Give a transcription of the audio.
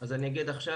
אז אני אגיד עכשיו,